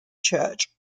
church